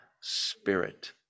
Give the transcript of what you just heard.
Spirit